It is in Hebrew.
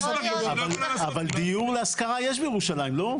אבל דיור להשכרה יש בירושלים, לא?